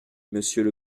monsieur